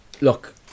Look